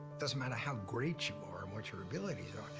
doesn't matter how great you are and what your abilities are,